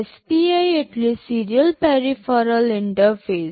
SPI એટલે serial peripheral interface